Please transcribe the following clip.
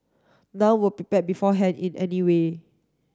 none were prepared beforehand in any way